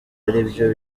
aribyo